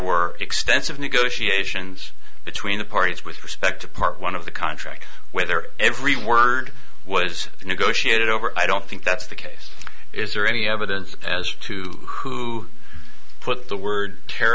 were extensive negotiations between the parties with respect to part one of the contract whether every word was negotiated over i don't think that's the case is there any evidence as to who put the word t